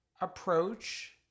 approach